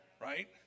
right